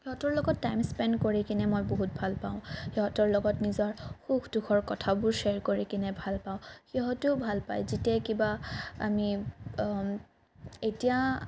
সিহঁতৰ লগত time spend কৰি কিনে মই বহুত ভাল পাওঁ সিহঁতৰ লগত নিজৰ সুখ দুখৰ কথাবোৰ শ্বেয়াৰ কৰি কিনে ভাল পাওঁ সিহঁতেও ভাল পায় যেতিয়া কিবা আমি এতিয়া